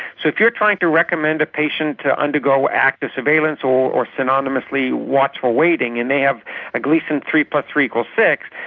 so if you are trying to recommend a patient to undergo active surveillance or or synonymously watchful waiting and they have a gleason three plus three equals six,